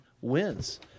wins